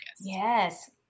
Yes